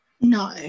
no